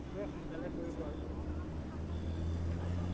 খুবেই সোনকালে কৰিব আৰু